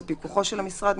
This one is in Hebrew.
בפיקוחו של המשרד,